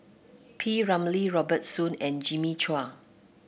P Ramlee Robert Soon and Jimmy Chua